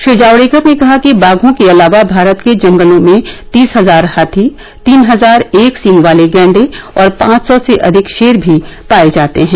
श्री जावडेकर ने कहा कि बाघों के अलावा भारत के जंगलों में तीस हजार हाथी तीन हजार एक सींग वाले गैंडे और पांच सौ से अधिक शेर भी पाए जाते हैं